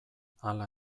hala